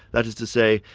that is to say,